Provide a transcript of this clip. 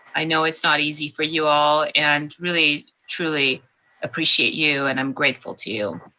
i know it's not easy for you all and really, truly appreciate you and i'm grateful to you.